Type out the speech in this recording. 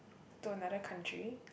to another country